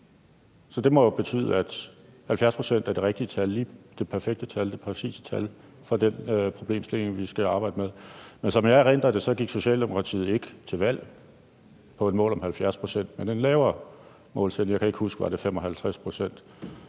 så det må jo betyde, at 70 pct. er det rigtige tal, det perfekte tal, det præcise tal for den problemstilling, vi skal arbejde med. Men som jeg erindrer det, gik Socialdemokratiet ikke til valg på et mål om en 70-procentsreduktion, men på en lavere målsætning – jeg kan ikke huske, om det var 55 pct.